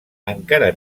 encara